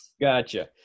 Gotcha